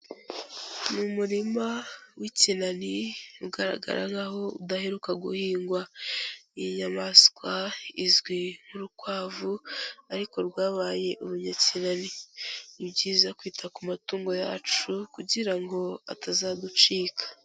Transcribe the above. Ni umurima w'ikinani ugaragara nk'aho udaheruka guhingwa. Iyi nyamaswa izwi nk'urukwavu ariko rwabaye urunyakinani. Ni byiza kwita ku matungo yacu kugira ngo atazaducika.